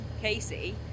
Casey